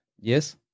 Yes